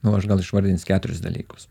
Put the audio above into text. nu aš gal išvardins keturis dalykus